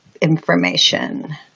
information